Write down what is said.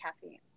caffeine